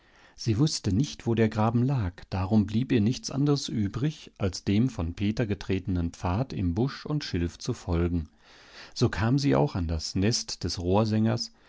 sie wußte nicht wo der graben lag darum blieb ihr nichts anderes übrig als dem von peter getretenen pfad im busch und schilf zu folgen so kam auch sie an das nest des